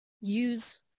use